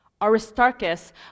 Aristarchus